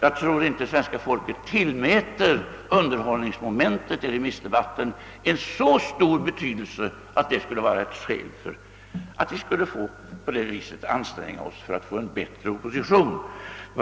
Jag tror inte att svenska folket tillmäter underhållningsmomentet i remissdebatten en så stor betydelse att det vore ett skäl för att vi skulle anstränga oss att få en bättre opposition.